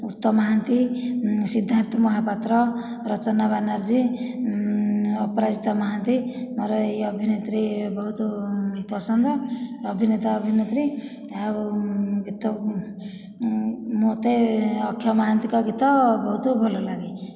ଉତ୍ତମ ମହାନ୍ତି ସିଦ୍ଧାନ୍ତ ମହାପାତ୍ର ରଚନା ବାନାର୍ଜୀ ଅପରାଜିତା ମହାନ୍ତି ମୋର ଏଇ ଅଭିନେତ୍ରୀ ଏ ବହୁତ ପସନ୍ଦ ଅଭିନେତା ଅଭିନେତ୍ରୀ ଆଉ ଗୀତ ମତେ ଅକ୍ଷୟ ମହାନ୍ତିଙ୍କ ଗୀତ ବହୁତ ଭଲ ଲାଗେ